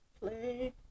play